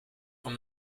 from